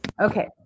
Okay